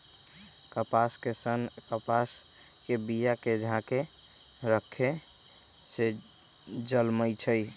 कपास के सन्न कपास के बिया के झाकेँ रक्खे से जलमइ छइ